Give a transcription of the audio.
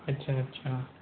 अच्छा अच्छा